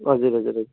हजुर हजुर हजुर